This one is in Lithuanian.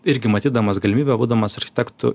irgi matydamas galimybę būdamas architektu